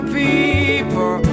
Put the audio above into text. people